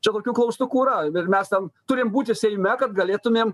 čia tokių klaustukų yra ir mes ten turim būti seime kad galėtumėm